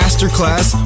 Masterclass